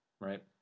right